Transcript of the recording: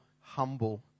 humble